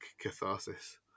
catharsis